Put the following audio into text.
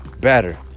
better